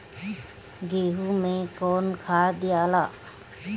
गेहूं मे कौन खाद दियाला?